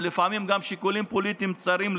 ולפעמים גם שיקולים פוליטיים צרים,